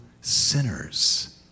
sinners